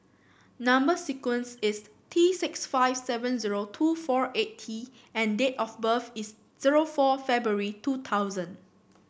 number sequence is T six five seven zero two four eight T and date of birth is zero four February two thousand